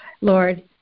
Lord